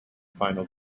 final